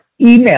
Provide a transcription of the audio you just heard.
email